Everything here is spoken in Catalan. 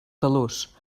talús